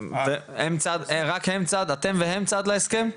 רק אתם והם צד להסכם?